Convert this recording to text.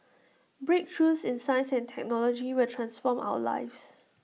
breakthroughs in science and technology will transform our lives